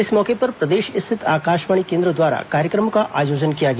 इस मौके पर प्रदेश स्थित आकाशवाणी केंद्रों द्वारा कार्यक्रम का आयोजन किया गया